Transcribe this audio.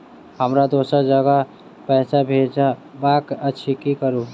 हमरा दोसर जगह पैसा भेजबाक अछि की करू?